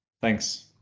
thanks